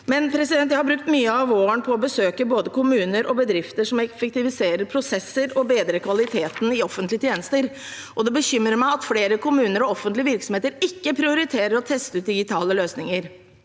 så lenge. Jeg har brukt mye av våren på å besøke både kommuner og bedrifter som effektiviserer prosesser og bedrer kvaliteten i offentlige tjenester, og det bekymrer meg at flere kommuner og offentlige virksomheter ikke prioriterer å teste ut digitale løsninger,